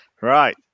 Right